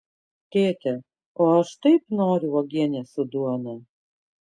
tėte o aš taip noriu uogienės su duona